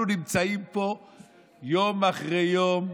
אנחנו נמצאים פה יום אחרי יום,